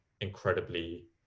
incredibly